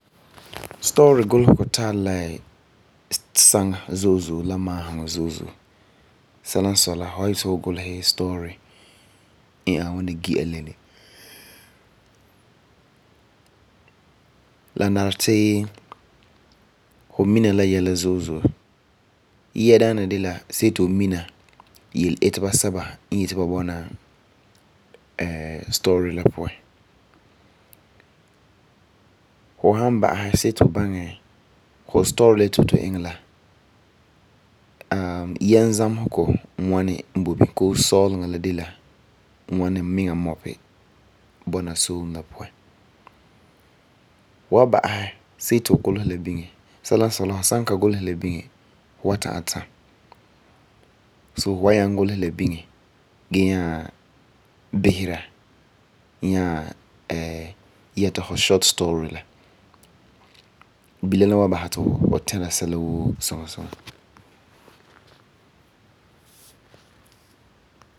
Story gulesegɔ tari la saŋa zo'e zo'e la maaseŋɔ zo'e zo'e. Sɛla n sɔi la, fu san yeti fu gulesɛ story n ani gi'a leni, la nari ti fu mina la yɛla zo'e zo'e. Yia daana de la see ti fu mina yeleita sɛba n yeti ba bɔna story la pua. Fu san ba'asɛ see ti fu gulesɛ ba biŋɛ, sɛla n sɔi fu san ka gulesɛ ba biŋɛ fu wan ta'am tam. So, fu wan nyaŋɛ gulesɛ ba biŋɛ gee nyaa bisera nyaa yɛta fu short story. Bilam la wan basɛ ti fu tɛra sɛla woo suŋa suŋa.